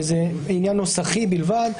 זה עניין נוסחי בלבד.